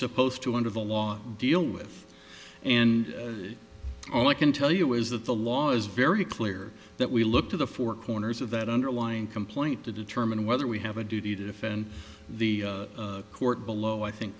supposed to under the law deal with and all i can tell you is that the law is very clear that we look to the four corners of that underlying complaint to determine whether we have a duty to defend the court below i think